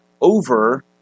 over